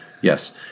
Yes